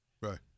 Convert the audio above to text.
Right